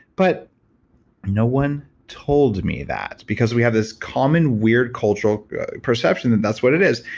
but no one told me that. because we have this common weird cultural perception that that's what it is.